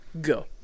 Go